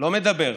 לא מדבר.